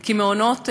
כי מעונות,